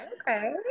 okay